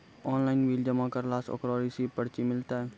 Online bill जमा करला से ओकरौ रिसीव पर्ची मिलतै?